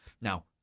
Now